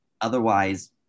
otherwise